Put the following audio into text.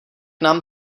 nám